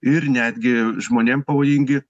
ir netgi žmonėm pavojingi